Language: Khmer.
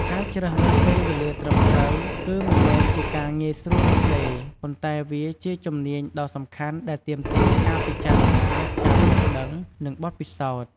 ការជ្រើសរើសពេលវេលាត្រឹមត្រូវ គឺមិនមែនជាការងាយស្រួលនោះទេ ប៉ុន្តែវាជាជំនាញដ៏សំខាន់ដែលទាមទារការពិចារណា ការយល់ដឹង និងបទពិសោធន៍។